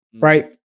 Right